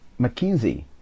McKinsey